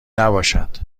نباشد